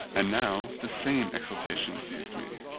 and now the same exultation seized me,